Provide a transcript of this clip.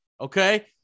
okay